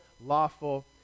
lawful